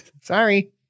Sorry